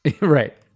Right